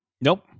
Nope